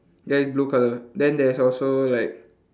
ya it's blue colour then there's also like